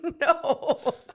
No